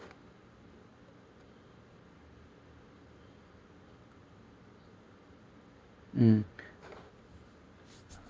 mm